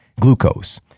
glucose